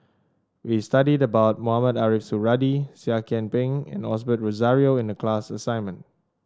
we studied about Mohamed Ariff Suradi Seah Kian Peng and Osbert Rozario in the class assignment